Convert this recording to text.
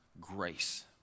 grace